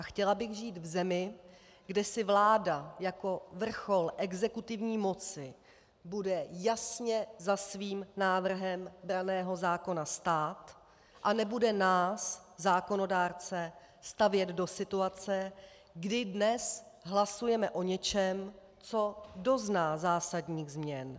Chtěla bych žít v zemi, kde si vláda jako vrchol exekutivní moci bude jasně za svým návrhem branného zákona stát a nebude nás zákonodárce stavět do situace, kdy dnes hlasujeme o něčem, co dozná zásadních změn.